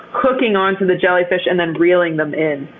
hooking onto the jellyfish, and then reeling them in.